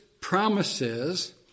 promises